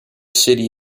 city